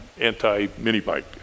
anti-mini-bike